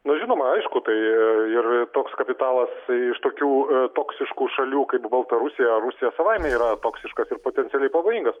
nu žinoma aišku tai ir toks kapitalas iš tokių toksiškų šalių kaip baltarusija ar rusija savime yra toksiškas ir potencialiai pavojingas